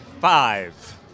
five